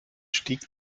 stieg